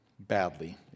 Badly